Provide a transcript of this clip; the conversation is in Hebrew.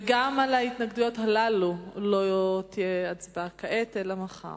וגם על ההתנגדויות הללו לא תהיה הצבעה כעת אלא מחר.